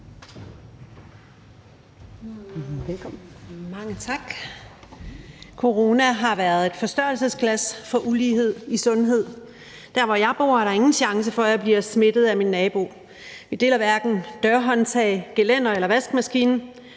Mange tak. Coronaen har været et forstørrelsesglas for uligheden i sundhed. Der, hvor jeg bor, er der ingen chance for, at jeg bliver smittet af min nabo. Vi deler hverken dørhåndtag, gelænder eller vaskemaskine,